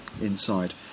inside